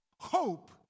Hope